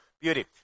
Beauty